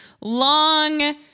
long